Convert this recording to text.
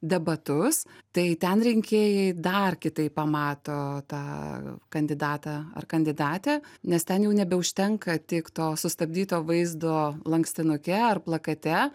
debatus tai ten rinkėjai dar kitaip pamato tą kandidatą ar kandidatę nes ten jau nebeužtenka tik to sustabdyto vaizdo lankstinuke ar plakate